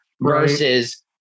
versus